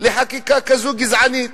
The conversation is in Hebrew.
לחקיקה כזאת גזענית?